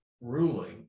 ruling